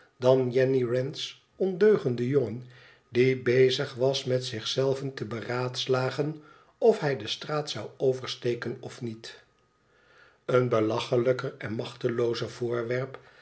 dan jenny wren's ondeugende jongen die bezig was met zich zelven te beraadslagen of hij de straat zou oversteken of niet een belachelijker en machteloozer voorwerp